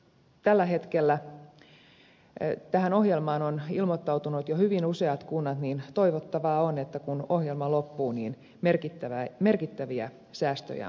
tällä hetkellä tähän ohjelmaan ovat ilmoittautuneet jo hyvin useat kunnat joten toivottavaa on että kun ohjelma loppuu niin merkittäviä säästöjä on saatu